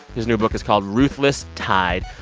his new book is called ruthless tide.